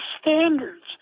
standards